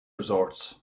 resorts